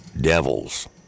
devils